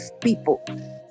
people